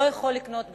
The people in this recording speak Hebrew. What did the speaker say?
לא יכול לקנות בית.